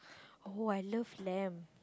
oh I love lamb